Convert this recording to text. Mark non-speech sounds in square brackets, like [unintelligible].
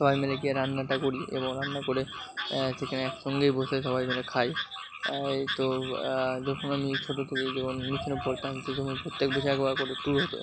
সবাই মিলে গিয়ে রান্নাটা করি এবং রান্না করে সেখানে একসঙ্গেই বসে সবাই মিলে খাই [unintelligible] তো যখন আমি ছোটো থেকে যখন মিশনে পড়তাম সে সময় প্রত্যেক বছর একবার করে ট্যুর হতো